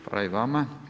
Hvala i vama.